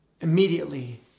Immediately